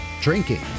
drinking